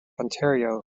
ontario